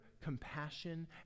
compassion